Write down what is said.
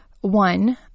One